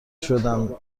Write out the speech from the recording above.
شدن